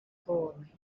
falling